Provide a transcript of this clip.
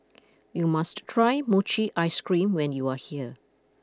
you must try Mochi Ice Cream when you are here